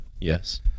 yes